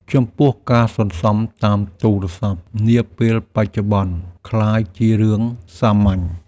ចំពោះ ការសន្សុំតាមទូរស័ព្ទនាពេលបច្ចុប្បន្នក្លាយជារឿងសាមញ្ញ។